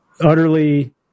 utterly